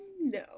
no